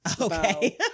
Okay